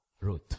Ruth